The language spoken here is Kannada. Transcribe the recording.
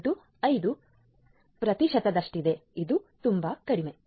85 ಪ್ರತಿಶತದಷ್ಟಿದೆ ಇದು ತುಂಬಾ ಕಡಿಮೆ